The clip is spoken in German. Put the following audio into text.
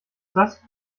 das